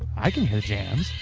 i can hear the jams.